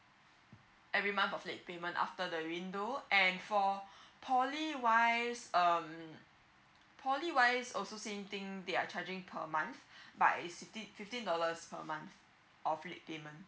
every month of late payment after the window and for poly wise um poly wise also same thing they are charging per month but is fif~ fifteen dollars per month of late payment